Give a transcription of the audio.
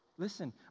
Listen